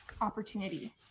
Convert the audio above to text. opportunity